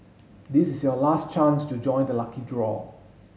this is your last chance to join the lucky draw